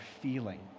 feeling